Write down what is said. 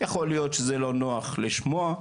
יכול להיות שזה לא נוח לשמוע,